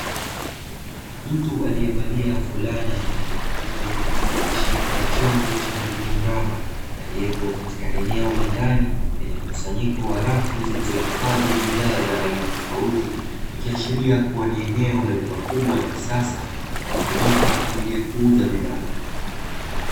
Mtu aliyevalia fulana nyekundu aliyeshika chombo chenye umbo mraba, aliyepo katika eneo la ndani, lenye mkusanyiko wa rafu zilizohifadhi bidhaa za aina tofauti; ikiashiria kuwa ni eneo la duka kubwa la kisasa, linalotumika kwa ajili ya kuuza bidhaa.